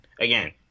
again